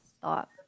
thought